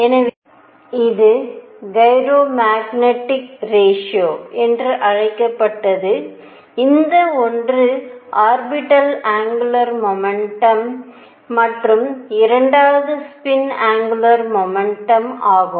எனவே இது gyromagnetic ratio என்று அழைக்கப்பட்டது இந்த ஒன்று ஆர்பிட்டல் ஆங்குலர் முமெண்டம் மற்றும் இரண்டாவது ஸ்பின் ஆங்குலர் முமெண்டம் ஆகும்